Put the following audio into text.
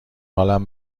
حالم